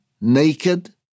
naked